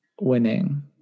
Winning